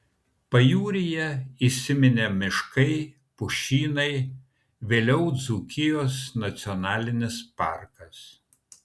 pajūryje įsiminė miškai pušynai vėliau dzūkijos nacionalinis parkas